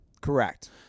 Correct